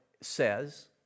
says